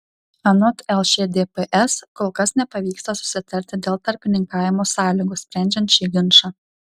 anot lšdps kol kas nepavyksta susitarti dėl tarpininkavimo sąlygų sprendžiant šį ginčą